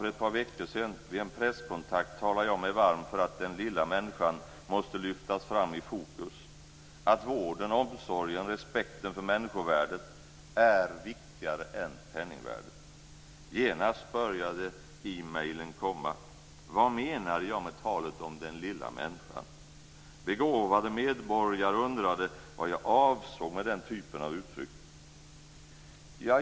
För ett par veckor sedan, vid en presskontakt, talade jag mig varm för att den lilla människan måste lyftas fram i fokus, att vården, omsorgen och respekten för människovärdet är viktigare än penningvärdet. Genast började det komma e-mail. Vad menade jag med talet om den "lilla människan"? Begåvade medborgare undrade vad jag avsåg med den typen av uttryck.